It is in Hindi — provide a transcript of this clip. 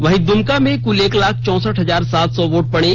वहीं दुमका में कुल एक लाख चौंसठ हजार सात सौ वोट पड़े